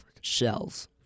Shells